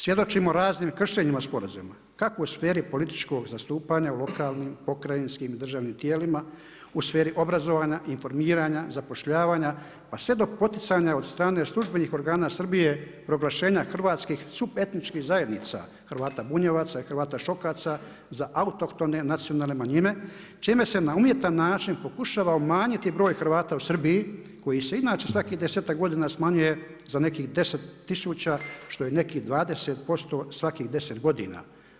Svjedočimo raznim kršenjima sporazuma, kako u sferi političkog zastupanja u lokalnim, pokrajinskim i državnim tijelima, u sferi obrazovanja i informiranja, zapošljavanja pa sve do poticanja os strane službenih organa Srbije proglašenja hrvatskih subetničkih zajednica, Hrvata bunjevaca, Hrvata šokaca za autohtone nacionalne manjine čime se na umjetan način pokušava umanjiti broj Hrvata u Srbiji koji se inače svakih desetak godina smanjuje za nekih 10 tisuća što je nekih 20% svakih 10 godina.